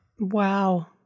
Wow